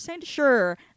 sure